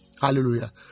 Hallelujah